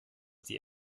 die